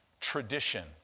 Tradition